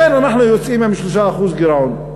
אנחנו אכן יוצאים עם 3% גירעון.